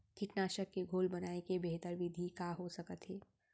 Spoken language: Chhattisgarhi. कीटनाशक के घोल बनाए के बेहतर विधि का हो सकत हे?